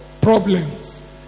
problems